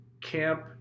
Camp